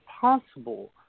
possible